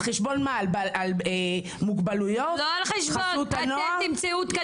על חשבון מה, מוגבלויות, חסות הנוער?